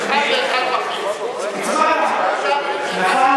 מ-1% ל-1.5%.